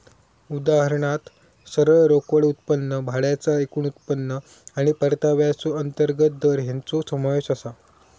उदाहरणात सरळ रोकड उत्पन्न, भाड्याचा एकूण उत्पन्न आणि परताव्याचो अंतर्गत दर हेंचो समावेश आसा